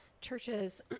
churches